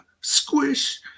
squish